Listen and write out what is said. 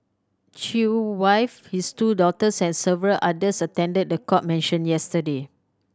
Chew wife his two daughters and several others attended the court mention yesterday